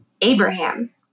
Abraham